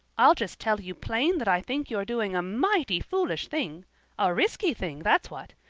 i'll just tell you plain that i think you're doing a mighty foolish thing a risky thing, that's what.